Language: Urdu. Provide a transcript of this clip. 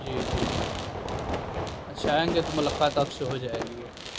جی جی نہیں اچھا آئیں گے تو ملاقات آپ سے ہو جائے گی